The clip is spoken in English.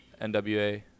NWA